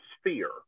sphere